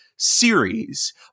series